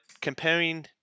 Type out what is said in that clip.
comparing